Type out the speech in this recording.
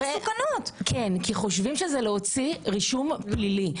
כן, כי חושבים שזה להוציא רישום פלילי.